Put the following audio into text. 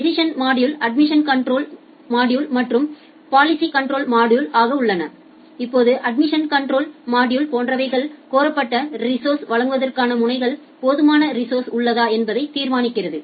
டெஸிஸின் module admission control module மற்றும் policy control module ஆக உள்ளன இப்போது அட்மிஷன் கன்ட்ரோல் மாடுலே போன்றவைகள் கோரப்பட்ட ரிஸோஸர்ஸ்யை வழங்குவதற்கு முனைக்கு போதுமான ரிஸோஸர்ஸ் உள்ளதா என்பதை தீர்மானிக்கிறது